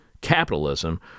capitalism